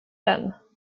den